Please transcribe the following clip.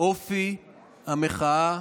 לאופי המחאה